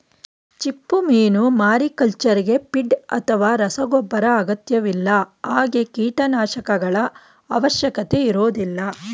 ಚಿಪ್ಪುಮೀನು ಮಾರಿಕಲ್ಚರ್ಗೆ ಫೀಡ್ ಅಥವಾ ರಸಗೊಬ್ಬರ ಅಗತ್ಯವಿಲ್ಲ ಹಾಗೆ ಕೀಟನಾಶಕಗಳ ಅವಶ್ಯಕತೆ ಇರೋದಿಲ್ಲ